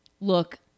Look